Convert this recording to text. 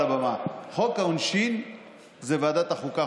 על הבמה: חוק העונשין זה לוועדת החוקה,